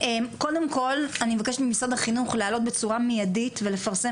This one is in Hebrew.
קודם כל אני מבקשת ממשרד החינוך להעלות בצורה מיידית ולפרסם